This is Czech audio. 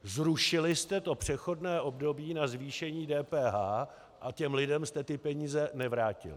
Zrušili jste přechodné období na zvýšení DPH a lidem jste ty peníze nevrátili.